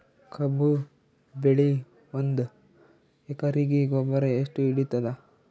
ಕಬ್ಬು ಬೆಳಿ ಒಂದ್ ಎಕರಿಗಿ ಗೊಬ್ಬರ ಎಷ್ಟು ಹಿಡೀತದ?